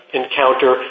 encounter